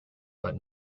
but